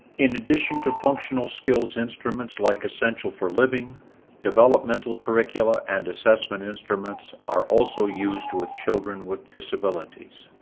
in addition to functional skills instruments like essential for living developmental curricula and assessment instruments are also used with children with disabilities